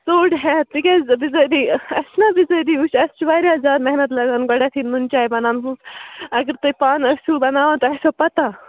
ژوٚٹ ہٮ۪تھ تِکیٛازِ بِظٲتی اَسہِ چھِنا بِظٲتی وُچھ اَسہِ چھِ واریاہ زیادٕ محنت لَگان گۄڈٮ۪تھٕے نُن چاے بَناونَس منٛز اَگر تُہۍ پانہٕ ٲسِو بَناوان تۄہہِ آسٮ۪و پَتاہ